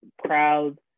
crowds